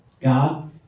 God